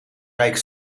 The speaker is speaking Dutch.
rijk